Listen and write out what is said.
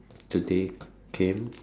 the day came